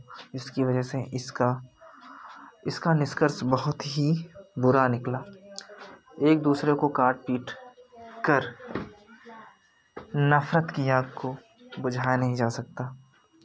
जिसकी वजह से इसका इसका निष्कर्ष बहुत ही बुरा निकला एक दूसरे को काट पीट कर नफ़रत की आग को बुझाया नहीं जा सकता